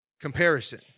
comparison